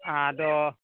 ᱟᱫᱚ